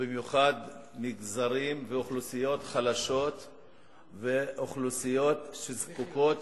ובמיוחד מגזרים ואוכלוסיות חלשות ואוכלוסיות שזקוקות